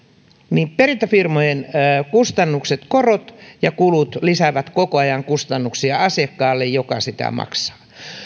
niin perintäfirmojen kustannukset korot ja kulut lisäävät koko ajan kustannuksia asiakkaalle joka niitä maksaa